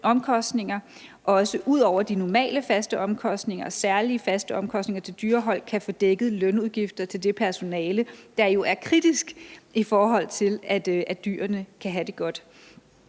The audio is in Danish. som dækker de normale faste omkostninger, også er indeholdt særlige faste omkostninger til dyrehold, hvor de kan få dækket lønudgifter til det personale, der jo er kritisk i forhold til at dyrene kan have det godt.